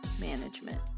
management